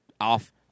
off